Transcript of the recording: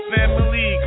Family